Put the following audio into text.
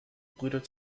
brüder